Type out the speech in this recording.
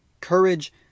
Courage